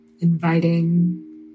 Inviting